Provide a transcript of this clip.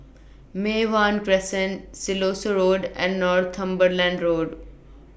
Mei Hwan Crescent Siloso Road and Northumberland Road